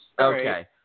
Okay